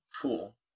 pool